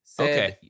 Okay